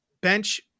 bench